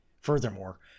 Furthermore